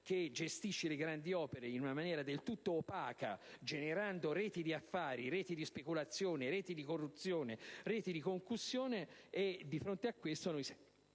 che gestisce le grandi opere in maniera del tutto opaca, generando reti di affari, di speculazione, di corruzione e concussione e, di fronte a questo, siamo